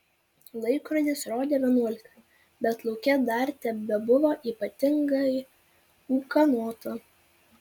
laikrodis rodė vienuolika bet lauke dar tebebuvo ypatingai ūkanota